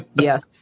Yes